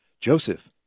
Joseph